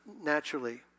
naturally